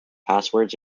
passwords